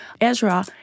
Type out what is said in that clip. Ezra